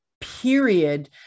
period